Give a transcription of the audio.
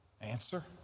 Answer